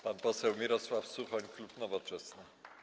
Pan poseł Mirosław Suchoń, klub Nowoczesna.